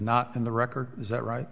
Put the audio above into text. not in the record is that right